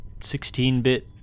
16-bit